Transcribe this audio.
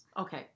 okay